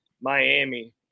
Miami